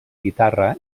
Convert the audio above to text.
guitarra